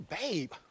Babe